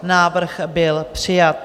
Návrh byl přijat.